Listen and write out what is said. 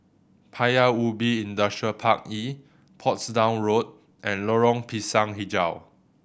Paya Ubi Industrial Park E Portsdown Road and Lorong Pisang Hijau